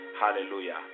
hallelujah